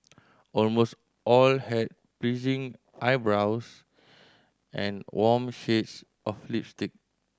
almost all had pleasing eyebrows and warm shades of lipstick